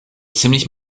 ziemlich